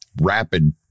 rapid